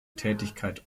tätigkeit